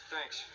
Thanks